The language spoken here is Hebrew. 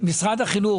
משרד החינוך,